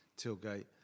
Tilgate